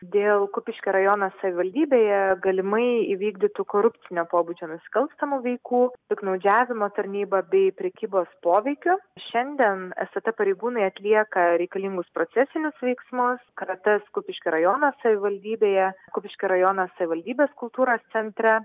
dėl kupiškio rajono savivaldybėje galimai įvykdytų korupcinio pobūdžio nusikalstamų veikų piktnaudžiavimo tarnyba bei prekybos poveikiu šiandien stt pareigūnai atlieka reikalingus procesinius veiksmus kratas kupiškio rajono savivaldybėje kupiškio rajono savivaldybės kultūros centre